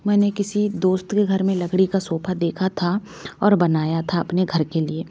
मैंने किसी दोस्त के घर में लकड़ी का सोफ़ा देखा था और बनाया था अपने घर के लि